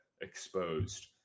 exposed